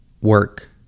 work